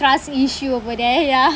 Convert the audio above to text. issue over there ya